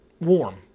warm